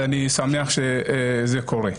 ואני שמח שזה קורה.